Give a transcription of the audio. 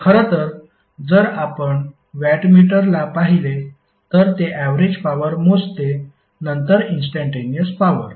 आणि खरं तर जर आपण वॅटमीटर ला पाहिले तर ते ऍवरेज पॉवर मोजते नंतर इंस्टंटेनिअस पॉवर